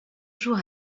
jours